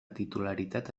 titularitat